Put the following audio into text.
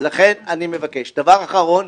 דבר אחרון,